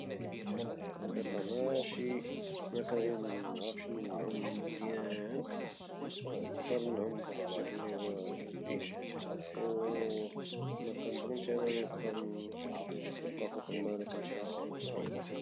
في الحقيقة ماشي مكنعرفشي نعوم نقدر نعوم بواحد الشكل اللي هو جزئي او مكنضنش انني نبقا فوق الما الى كانت شي عاصفة